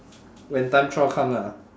when tan chua come lah